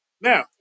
now